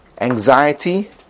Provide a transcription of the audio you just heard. anxiety